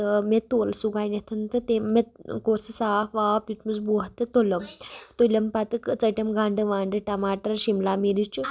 تہٕ مےٚ توٚل سُہ گۄڈنٮ۪تھَن تہٕ تٔمۍ مےٚ کوٚر سُہ صاف واف دِتمَس بۄہ تہٕ تٔلُم تٔلِم پَتہٕ ژٔٹِم گَنڈٕ وَنڈٕ ٹماٹر شِملہ مرچ